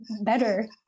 better